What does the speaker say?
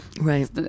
Right